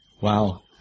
wow